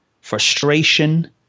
frustration